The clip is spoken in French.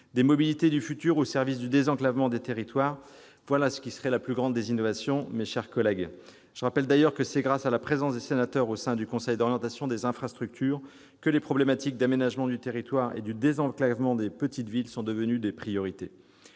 Des mobilités du futur au service du désenclavement des territoires : voilà ce qui serait la plus grande des innovations ! Je rappelle d'ailleurs que c'est grâce à la présence des sénateurs au sein du Conseil d'orientation des infrastructures que les problématiques d'aménagement du territoire et du désenclavement des petites villes sont devenues des priorités.